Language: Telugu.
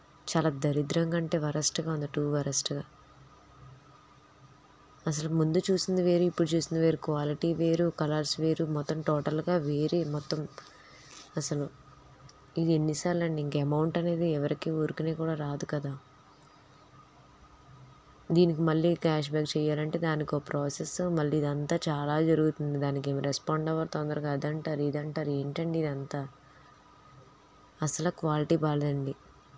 చాలా దరిద్రంగా అంటే వరస్ట్గా ఉంది టూ వరస్ట్గా అసలు ముందు చూసింది వేరు ఇప్పుడు చూసింది వేరు క్వాలిటీ వేరు కలర్స్ వేరు మొతం టోటల్గా వేరే మొత్తం అసలు ఇది ఎన్నిసార్లు అండి ఇంక అమౌంట్ అనేది ఎవరికి ఊరికనే కూడా రాదు కదా దీనికి మళ్ళీ క్యాష్ బ్యాక్ చెయ్యాలంటే దానికో ప్రాసెస్ మళ్ళీ ఇదంతా చాలా జరుగుతుంది దానికి రెస్పాండ్ అవ్వరు తొందరగా అదంటారు ఇదంటారు ఏంటండీ ఇదంతా అసలు ఆ క్వాలిటీ బాగాలేదండి